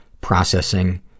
processing